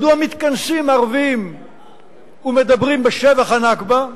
מדוע מתכנסים ערבים ומדברים בשבח ה"נכבה"?